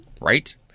right